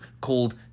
called